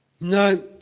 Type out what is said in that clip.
no